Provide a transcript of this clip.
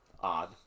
odd